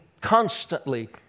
constantly